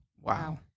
Wow